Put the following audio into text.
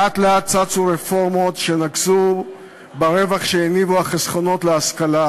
לאט-לאט צצו רפורמות שנגסו ברווח שהניבו החסכונות להשכלה,